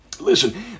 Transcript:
listen